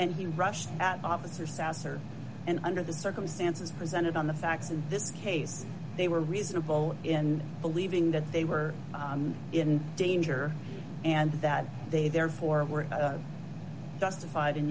and he rushed at officer sasser and under the circumstances presented on the facts in this case they were reasonable in believing that they were in danger and that they therefore were justified in